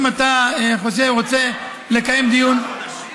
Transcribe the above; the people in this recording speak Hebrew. אם אתה חושב, רוצה לקיים דיון שלושה חודשים.